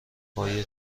پای